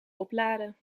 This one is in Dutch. opladen